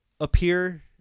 appear